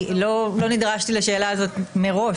לא נדרשתי לשאלה הזאת מראש,